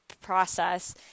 process